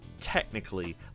technically